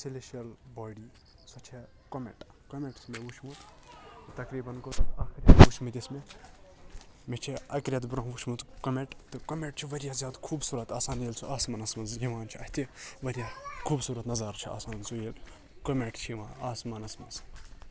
اکھ celestial body سۄ چھَ کوٚمیٚٹ کوٚمیٚٹ چھُ مےٚ وُچھمُت تَقریباً گوٚو تَتھ اکھ ریٚتھ وُچھمٕتِس مےٚ چھِ اَکہِ ریٚتہٕ برٛونٛہہ وُچھمُت کوٚمیٚٹ تہٕ کوٚمیٚٹ چھُ واریاہ زیادٕ خوٗبصورَت آسان ییٚلہِ سُہ آسمانَس مَنٛز یِوان چھُ اَتھِ واریاہ خوٗبصورَت نَظارٕ چھُ آسان سُہ یہِ کوٚمیٚٹ چھُ یِوان آسمانَس مَنٛز